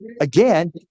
Again